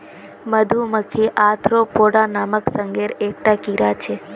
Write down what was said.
मधुमक्खी ओर्थोपोडा नामक संघेर एक टा कीड़ा छे